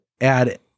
add